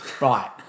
right